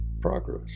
progress